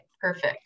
perfect